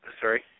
sorry